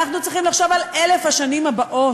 אנחנו צריכים לחשוב על 1,000 השנים הבאות.